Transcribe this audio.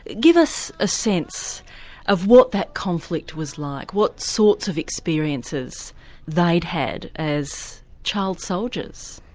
give us a sense of what that conflict was like, what sorts of experiences they'd had as child soldiers.